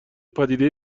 پدیده